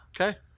Okay